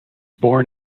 born